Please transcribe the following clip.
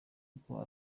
uko